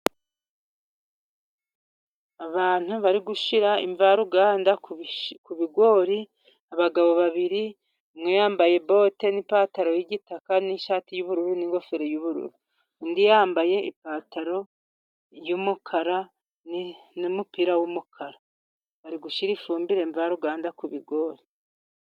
Abantu bari gushyira imvaruganda ku bigori. Abagabo babiri umwe yambaye bote n'ipantaro y'igitaka n'ishati y'ubururu n'ingofero y'ubururu. Undi yambaye ipantaro y'umukara n'umupira w'umukara. Bari gushyira ifumbire mva ruganda ku bigori.